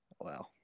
Wow